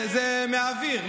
זה מהאוויר.